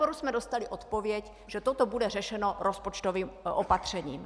Na výboru jsme dostali odpověď, že toto bude řešeno rozpočtovým opatřením.